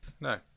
No